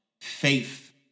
faith